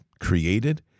created